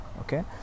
Okay